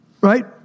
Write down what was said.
right